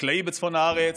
חקלאי בצפון הארץ,